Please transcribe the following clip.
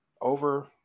Over